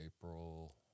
April